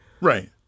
right